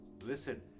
Listen